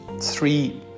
three